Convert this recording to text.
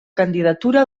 candidatura